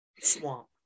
Swamp